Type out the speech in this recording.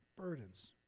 burdens